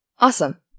Awesome